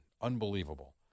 unbelievable